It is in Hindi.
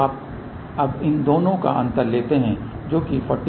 तो अगर आप अब इन दोनों का अंतर लेते हैं तो यह 46 dB